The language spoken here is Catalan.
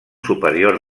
superior